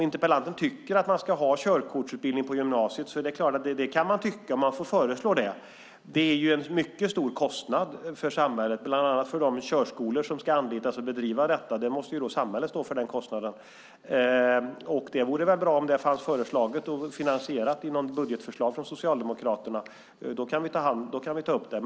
Interpellanten tycker att man ska ha körkortsutbildning på gymnasiet. Det kan man så klart tycka och föreslå. Det är en mycket stor kostnad för samhället, bland annat för de körskolor som ska anlitas och bedriva detta. Samhället måste stå för den kostnaden. Det vore ju bra om det fanns föreslaget och finansierat i något budgetförslag från Socialdemokraterna. Då skulle vi kunna ta upp det.